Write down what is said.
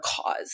cause